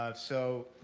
um so